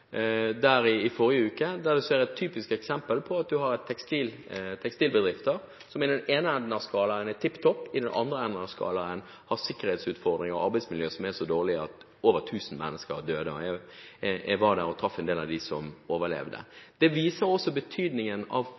der i forrige uke. Der ser vi et typisk eksempel på tekstilbedrifter som i den ene enden av skalaen er tipp topp, og i den andre enden av skalaen har sikkerhetsutfordringer og arbeidsmiljø som er så dårlig at over tusen mennesker døde. Jeg var der og traff en del av dem som overlevde. Det viser også betydningen av